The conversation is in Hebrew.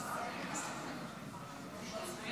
עוד אודיעכם,